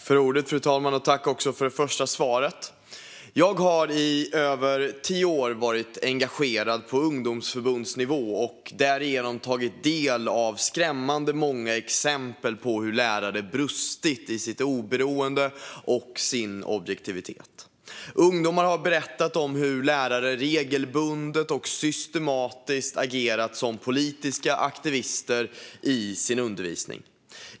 Fru talman! Jag tackar för svaret. Jag har i över tio år varit engagerad på ungdomsförbundsnivå och därigenom tagit del av skrämmande många exempel på hur lärare har brustit i sitt oberoende och i sin objektivitet. Ungdomar har berättat om hur lärare regelbundet och systematiskt agerat som politiska aktivister i sin undervisning.